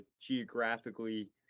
geographically